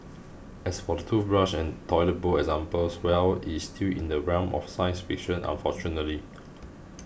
as for the toothbrush and toilet bowl examples well it's still in the realm of science fiction unfortunately